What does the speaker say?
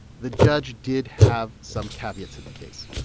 the judge did have some caveats in the case.